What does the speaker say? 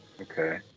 Okay